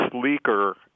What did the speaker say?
sleeker